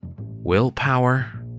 willpower